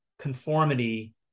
conformity